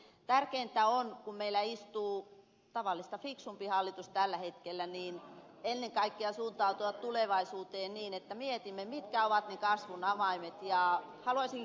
tärkeintä on kun meillä istuu tavallista fiksumpi hallitus tällä hetkellä ennen kaikkea suuntautua tulevaisuuteen niin että mietimme mitkä ovat ne kasvun avaimet